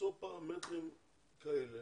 ליצור פרמטרים כאלה